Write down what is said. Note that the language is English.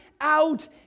out